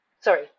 sorry